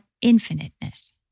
infiniteness